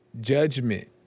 judgment